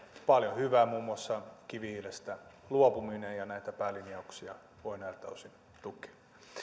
paljon hyvää muun muassa kivihiilestä luopuminen ja näitä päälinjauksia voi näiltä osin tukea